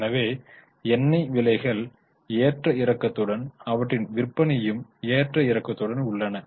எனவே எண்ணெய் விலைகள் ஏற்ற இறக்கத்துடன் அவற்றின் விற்பனையும் ஏற்ற இறக்கத்துடன் உள்ளன